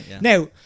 now